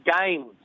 games